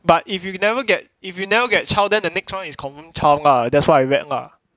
but if you never get if you never get child then the next one is confirm child lah that's what I read lah